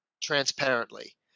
transparently